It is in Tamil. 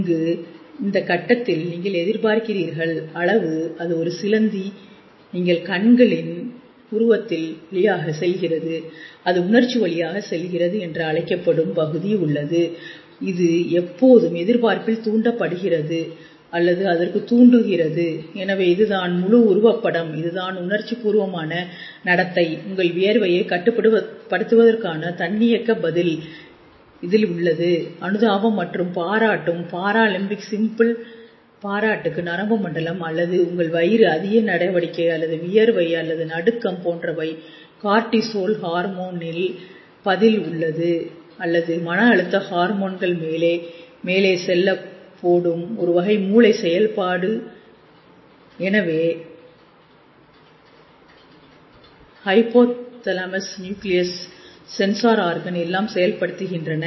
இங்கு இந்த கட்டத்தில் நீங்கள் எதிர்பார்க்கிறீர்கள் அளவு அது ஒரு சிலந்தி நீங்கள் கண்களின் உருவத்தின் வழியாக செல்கிறது அது உணர்ச்சி வழியாகச் செல்கிறது என்று அழைக்கப்படும் பகுதி உள்ளது இது எப்போதும் எதிர்பார்ப்பில் தூண்டப்படுகிறது அல்லது அதற்கு தூண்டுகிறது எனவே இது தான் முழு உருவப்படம் இதுதான் உணர்ச்சிபூர்வமான நடத்தை உங்கள் வியர்வையை கட்டுப்படுத்துவதற்கான தன்னியக்க பதில் இதில் உள்ளது அனுதாபம் மற்றும் பாராட்டு பாராலிம்பிக் சிம்பிள் பாராட்டுக்கு நரம்பு மண்டலம் அல்லது உங்கள் வயிறு அதிக நடவடிக்கை அல்லது வியர்வை அல்லது நடுக்கம் போன்றவை கார்டிசோல் ஹார்மோன் நில் பதில் உள்ளது அல்லது மன அழுத்த ஹார்மோன்கள் மேலே மேலே செல்ல போடும் ஒருவகை மூளை செயல்பாடு எனவே கிரேவியை ஹைபோதாலமஸ் நியூக்ளியஸ் சென்சார் ஆர்கன் எல்லாம் செயல்படுத்தப்படுகின்றன